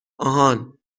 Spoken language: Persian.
آهان